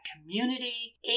community